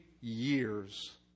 years